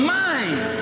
mind